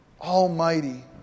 almighty